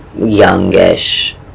youngish